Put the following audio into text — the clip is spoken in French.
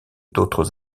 d’autres